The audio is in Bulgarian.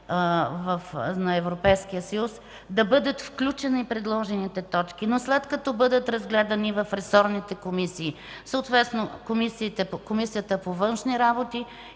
на Европейския съюз да бъдат включени и предложените точки, но след като бъдат разгледани в ресорните комисии, съответно в Комисията по външни работи